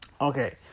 Okay